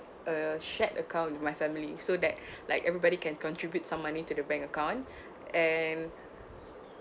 a shared account with my family so that like everybody can contribute some money to the bank account and